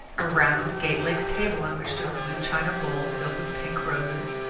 a round, gate-legged table on which stood a blue china bowl filled with pink roses,